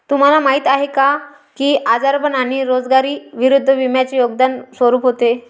तुम्हाला माहीत आहे का की आजारपण आणि बेरोजगारी विरुद्ध विम्याचे योगदान स्वरूप होते?